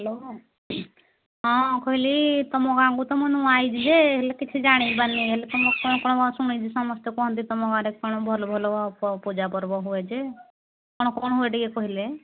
hello ହଁ କହିଲି ତୁମ ଗାଁକୁ ତ ମୁଁ ନୂଆ ଆସିଛି ହେ ହେଲେ କିଛି ଜାଣିବାନି ହେଲେ ତମ କ'ଣ କ'ଣ ଶୁଣିଛି ସମସ୍ତେ କହନ୍ତି ତୁମ ଗାଁରେ କ'ଣ ଭଲ ଭଲ ପୂଜା ପର୍ବ ହୁଏ ଯେ କ'ଣ କ'ଣ ହୁଏ ଟିକେ କହିଲେ